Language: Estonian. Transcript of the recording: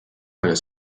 palju